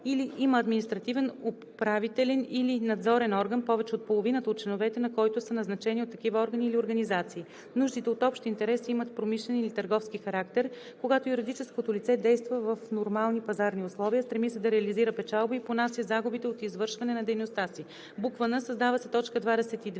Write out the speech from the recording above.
или има административен, управителен или надзорен орган, повечето от половината от членовете на който са назначени от такива органи или организации. Нуждите от общ интерес имат промишлен или търговски характер, когато юридическото лице действа в нормални пазарни условия, стреми се да реализира печалба и понася загубите от извършване на дейността си.“; н) създава се т. 22: